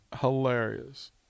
hilarious